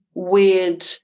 weird